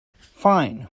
fine